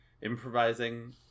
improvising